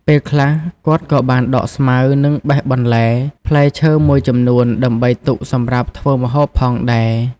ពេលខ្លះ គាត់ក៏បានដកស្មៅ និងបេះបន្លែ ផ្លែឈើមួយចំនួន ដើម្បីទុកសម្រាប់ធ្វើម្ហូបផងដែរ។